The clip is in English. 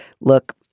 look—